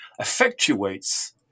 effectuates